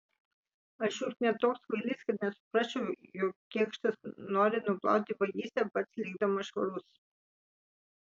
aš juk ne toks kvailys kad nesuprasčiau jog kėkštas nori nuplauti vagystę pats likdamas švarus